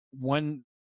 one